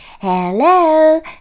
Hello